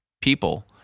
people